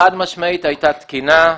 חד משמעית הייתה תקינה,